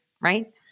right